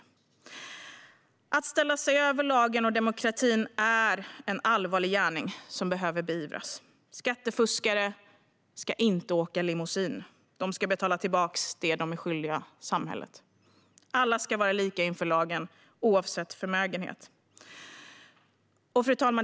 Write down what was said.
Skattetillägg vid rättelse på eget initiativ Att ställa sig över lagen och demokratin är en allvarlig gärning som behöver beivras. Skattefuskare ska inte åka limousin; de ska betala tillbaka det som de är skyldiga samhället. Alla ska vara lika inför lagen, oavsett förmögenhet. Fru talman!